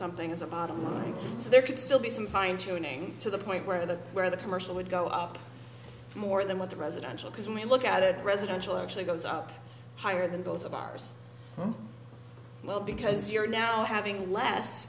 something as a model so there could still be some fine tuning to the point where the where the commercial would go up more than what the residential because when we look at it residential actually goes up higher than both of ours well because you're now having less